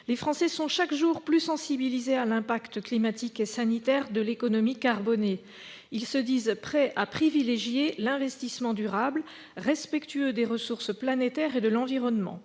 Les Français sont chaque jour plus sensibilisés à l'impact climatique et sanitaire de l'économie carbonée. Ils se disent prêts à privilégier l'investissement durable, respectueux des ressources planétaires et de l'environnement.